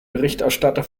berichterstatter